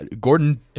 Gordon